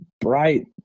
bright